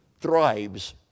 thrives